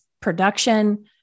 production